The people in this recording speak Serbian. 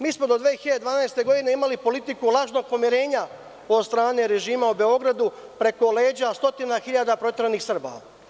Mi smo do 2012. godine imali politiku lažnog pomirenja od strane režima u Beogradu, preko leđa stotina hiljada proteranih Srba.